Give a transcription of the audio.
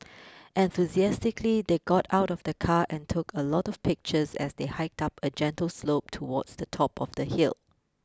enthusiastically they got out of the car and took a lot of pictures as they hiked up a gentle slope towards the top of the hill